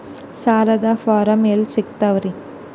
ಸಾಲದ ಫಾರಂ ಎಲ್ಲಿ ಸಿಕ್ತಾವ್ರಿ?